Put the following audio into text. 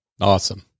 Awesome